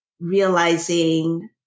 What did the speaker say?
Realizing